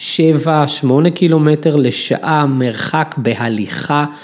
שבע שמונה קילומטר לשעה מרחק בהליכה.